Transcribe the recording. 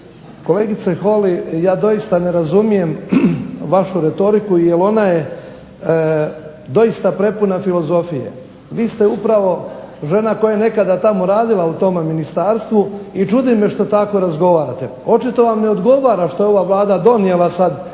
Kolegice Holy, ja doista ne razumijem vašu retoriku jer ona je doista prepuna filozofije. Vi ste upravo žena koja je nekada tamo radila u tome ministarstvu i čudi me što tako razgovarate. Očito vam ne odgovara što je ova Vlada donijela sad